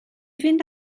fynd